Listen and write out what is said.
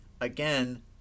again